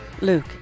Luke